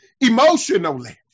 emotionally